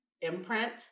imprint